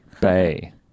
Bay